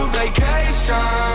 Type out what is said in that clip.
vacation